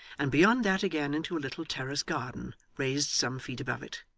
and beyond that again into a little terrace garden, raised some feet above it.